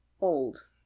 old